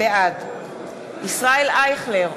בעד ישראל אייכלר,